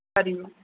छा ॾींदो